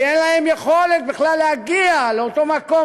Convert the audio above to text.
כי אין להם יכולת בכלל להגיע לאותו מקום